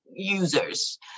users